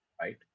right